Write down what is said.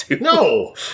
No